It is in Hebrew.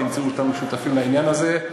תמצאו אותנו שותפים לעניין הזה.